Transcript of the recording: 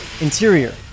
Interior